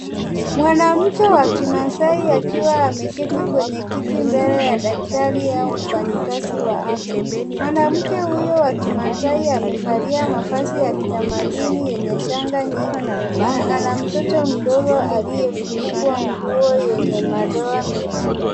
Mwanamke wa Kimasaai, akiwa ameketi kwenye kiti mbele ya daktari au mfanyikazi wa afya. Mwanamke huyo wa Kimasaai, amevalia mavazi ya kitamaduni yenye shanga nyingi na ana mtoto mdogo aliyefunikwa nguo yenye madoa mekundu.